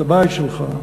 את הבית שלך,